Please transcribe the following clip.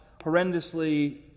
horrendously